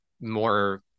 more